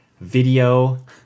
video